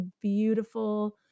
beautiful